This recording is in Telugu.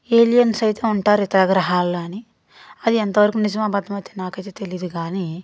ఏలియన్స్ అయితే ఉంటారు ఇతర గ్రహాల్లో అని అది ఎంతవరకు నిజమో అబద్ధమైతే నాకైతే తెలీదు కానీ